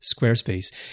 Squarespace